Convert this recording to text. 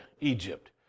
Egypt